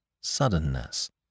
suddenness